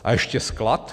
A ještě sklad?